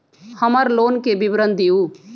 हमर लोन के विवरण दिउ